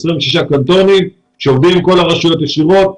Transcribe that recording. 26 קנטונים שעובדים עם כל הרשויות ישירות.